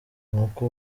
nuko